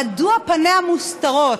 מדוע פניה מוסתרות,